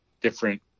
different